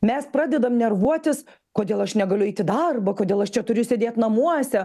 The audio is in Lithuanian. mes pradedam nervuotis kodėl aš negaliu eit į darbą kodėl aš čia turiu sėdėt namuose